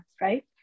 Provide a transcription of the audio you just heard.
right